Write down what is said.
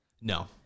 No